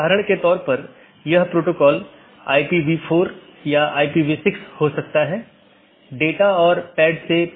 इसलिए आज हम BGP प्रोटोकॉल की मूल विशेषताओं पर चर्चा करेंगे